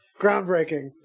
Groundbreaking